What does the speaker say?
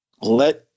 let